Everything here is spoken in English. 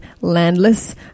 Landless